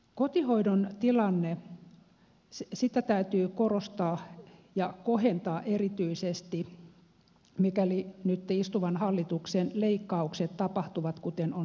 kotihoidon tilannetta täytyy korostaa ja kohentaa erityisesti mikäli nyt istuvan hallituksen leikkaukset tapahtuvat kuten on suunniteltu